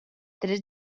tres